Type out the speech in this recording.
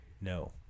No